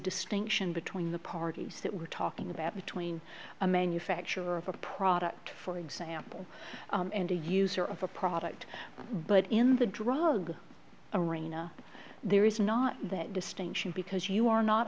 distinction between the parties that we're talking about between a manufacturer of a product for example and a user of a product but in the drug arena there is not that distinction because you are not